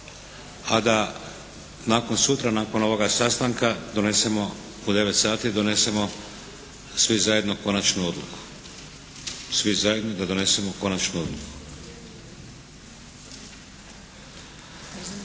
a da nakon sutra nakon ovoga sastanka donesemo u 9 sati donesemo svi zajedno konačnu odluku. Svi zajedno da donesemo konačnu odluku.